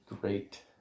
great